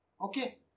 Okay